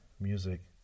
music